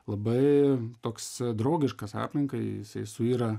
labai toks draugiškas aplinkai jisai suyra